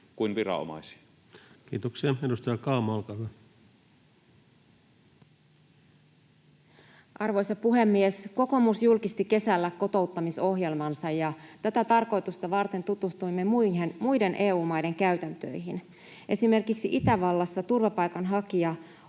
edistämisen uudistamistarpeista Time: 16:10 Content: Arvoisa puhemies! Kokoomus julkisti kesällä kotouttamisohjelmansa, ja tätä tarkoitusta varten tutustuimme muiden EU-maiden käytäntöihin. Esimerkiksi Itävallassa turvapaikanhakija